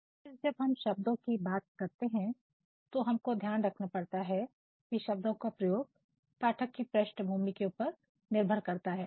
फिर जब हम शब्दों की बात करते है तो हमको ध्यान रखना पड़ता है कि शब्दों का प्रयोग पाठक की पृष्ठभूमि के ऊपर निर्भर करता है